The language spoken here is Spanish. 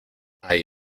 hay